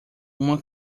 uma